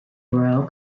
royal